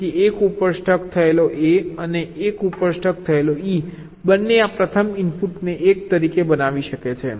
તેથી 1 ઉપર સ્ટક થયેલો A અને 1 ઉપર સ્ટક થયેલો E બંને આ પ્રથમ ઇનપુટને 1 તરીકે બનાવી શકે છે